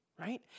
right